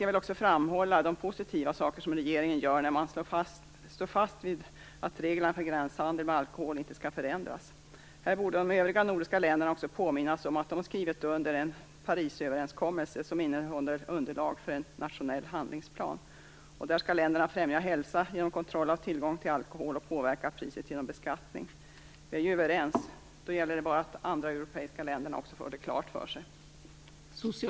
Jag vill också framhålla de positiva saker som regeringen gör när den står fast vid att reglerna för gränshandel med alkohol inte skall förändras. Här borde de övriga nordiska länderna också påminnas om att de skrivit under Parisöverenskommelsen, som innehåller underlag för en nationell handlingsplan. Länderna skall främja hälsa genom kontroll av tillgången till alkohol och påverka priset genom beskattning. Vi är ju överens. Det gäller bara att de andra europeiska länderna också får det klart för sig.